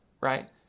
right